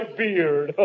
beard